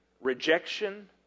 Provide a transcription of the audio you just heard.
rejection